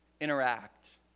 interact